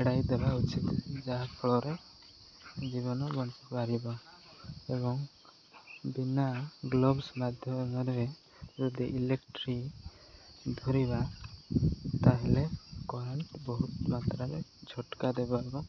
ଏଡ଼ାଇ ଦେବା ଉଚିତ ଯାହାଫଳରେ ଜୀବନ ବଞ୍ଚିପାରିବ ଏବଂ ବିନା ଗ୍ଲୋଭ୍ସ ମାଧ୍ୟମରେ ଯଦି ଇଲେକ୍ଟ୍ରି ଧରିବା ତାହେଲେ କରେଣ୍ଟ ବହୁତ ମାତ୍ରାରେ ଝଟକା ଦେବ ଏବଂ